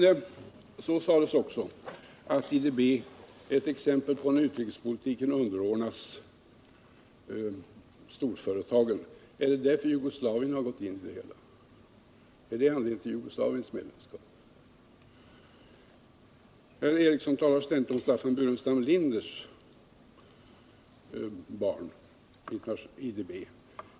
Det sades också att medlemskap i IDB är ett exempel på att utrikespolitiken underordnats storföretagens intressen. Menar Sture Ericson då att detta skulle gälla också för Jugoslaviens medlemskap? Sture Ericson talar ständigt om Staffan Burenstam Linders barn i IDB.